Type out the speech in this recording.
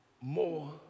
more